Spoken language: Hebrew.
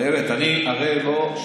הרי התחלואה תעלה,